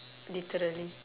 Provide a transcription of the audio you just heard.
literally